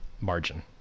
margin